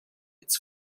its